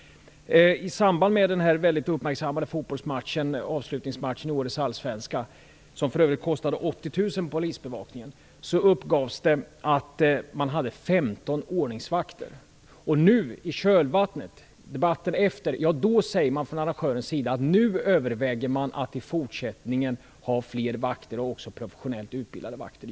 I samband med den mycket uppmärksammade avslutningsmatchen i årets allsvenska, där för övrigt polisbevakningen kostade 80 000 kr, uppgavs det att man hade 15 ordningsvakter. Nu i debatten efteråt säger man från arrangörens sida att man nu överväger att i fortsättningen ha fler vakter och också professionellt utbildade vakter.